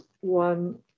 one